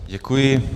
Děkuji.